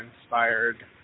inspired